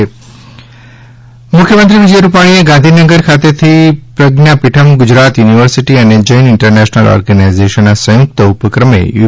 મુખ્યમંત્રી મુખ્યમંત્રી વિજય રૂપાણીએ ગાંધીનગર ખાતેથી પ્રજ્ઞાપીઠમ ગુજરાત યુનિવર્સિટી અને જૈન ઇન્ટરનેશલ ઓર્ગેનાઇઝેશનના સંયુક્ત ઉપક્રમે યુ